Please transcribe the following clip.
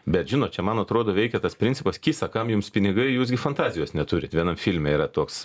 bet žinot čia man atrodo veikia tas principas kisa kam jums pinigai jūs gi fantazijos neturit vienam filme yra toks